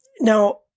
now